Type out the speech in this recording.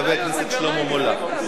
של חבר הכנסת שלמה מולה.